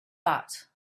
but